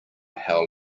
how